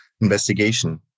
investigation